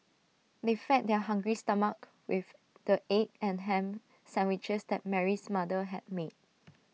they fed their hungry stomachs with the egg and Ham Sandwiches that Mary's mother had made